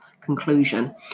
conclusion